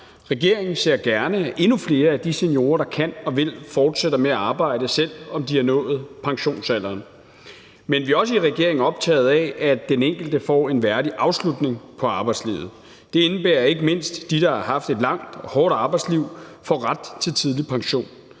Regeringen ser gerne, at endnu flere af de seniorer, der kan og vil, fortsætter med at arbejde, selv om de har nået pensionsalderen. Men vi er også i regeringen optaget af, at den enkelte får en værdig afslutning på arbejdslivet. Det indebærer ikke mindst, at dem, der har haft et langt og hårdt arbejdsliv, får ret til tidlig pension.